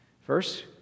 First